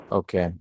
okay